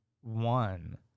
one